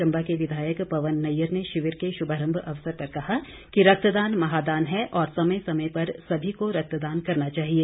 चंबा के विधायक पवन नैय्यर ने शिविर के शुभारंभ अवसर पर कहा कि रक्तदान महादान है और समय समय पर सभी को रक्तदान करना चाहिए